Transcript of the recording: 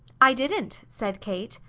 i didn't, said kate.